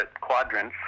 quadrants